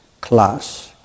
class